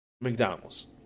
mcdonald's